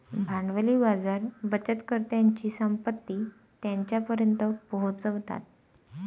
भांडवली बाजार बचतकर्त्यांची संपत्ती त्यांच्यापर्यंत पोहोचवतात